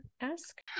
ask